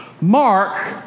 Mark